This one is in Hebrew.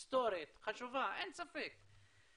היסטורית, חשובה, אין ספק,